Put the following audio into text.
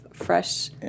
Fresh